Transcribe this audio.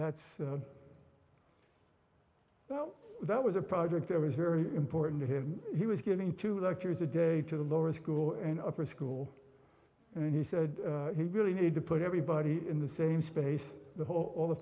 that's well that was a project that was very important to him he was giving to lectures a day to the lower school and upper school and he said he really need to put everybody in the same space the whole all the